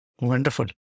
Wonderful